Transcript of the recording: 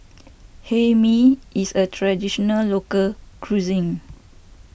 Hae Mee is a Traditional Local Cuisine